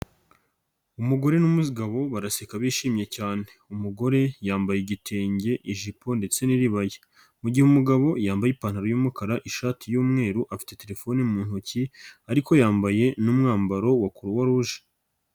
Umugore n'umugabo baraseka bishimye cyane, umugore yambaye igitenge, ijipo ndetse n'iribaya. Mu gihe umugabo yambaye ipantaro y'umukara, ishati y'umweru, afite telefone mu ntoki ariko yambaye n'umwambaro wa croix rouget.